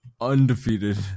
undefeated